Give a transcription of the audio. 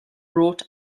wrought